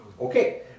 Okay